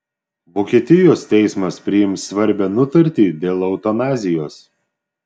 vokietijos teismas priims svarbią nutartį dėl eutanazijos